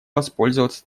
воспользоваться